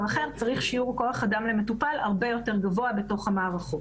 אחר - צריך שיעור כוח אדם למטופל הרבה יותר גבוה בתוך המערכות.